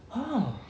!huh!